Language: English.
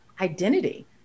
identity